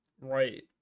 right